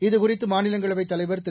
இது குறித்து மாநிலங்களவைத் தலைவர் திரு